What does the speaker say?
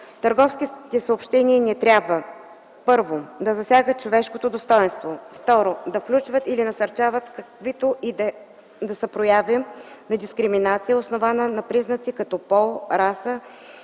Търговските съобщения не трябва: 1. да засягат човешкото достойнство; 2. да включват или насърчават каквито и да са прояви на дискриминация, основана на признаци като пол, раса